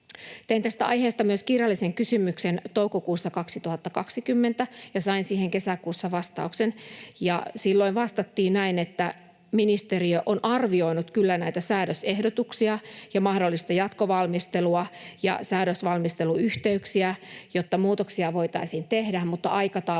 Tein tästä aiheesta myös kirjallisen kysymyksen toukokuussa 2020 ja sain siihen kesäkuussa vastauksen. Silloin vastattiin näin, että ministeriö on kyllä arvioinut näitä säädösehdotuksia ja mahdollista jatkovalmistelua ja säädösvalmisteluyhteyksiä, jotta muutoksia voitaisiin tehdä, mutta aikataulusta